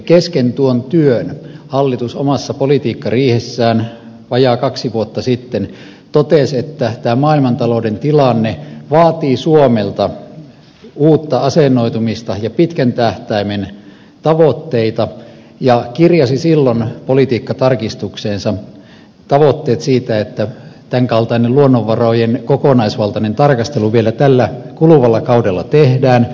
kesken tuon työn hallitus omassa politiikkariihessään vajaat kaksi vuotta sitten totesi että tämä maailmantalouden tilanne vaatii suomelta uutta asennoitumista ja pitkän tähtäimen tavoitteita ja kirjasi silloin politiikkatarkistukseensa tavoitteet siitä että tämän kaltainen luonnonvarojen kokonaisvaltainen tarkastelu vielä tällä kuluvalla kaudella tehdään